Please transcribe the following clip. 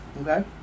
okay